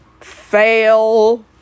Fail